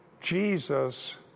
Jesus